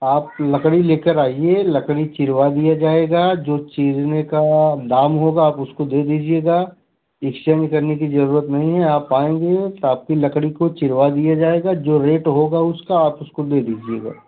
आप लकड़ी ले कर आइए लकड़ी चिरवा दिया जाएगा जो चीरने का दाम होगा आप उसको दे दीजिएगा एक्स्चेंज करने की ज़रूरत नहीं है आप आएँगे तो आपकी लकड़ी को चिरवा दिया जाएगा जो रेट होगा उसका आप उसको दे दीजिएगा